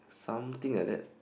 something like that